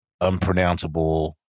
unpronounceable